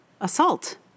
assault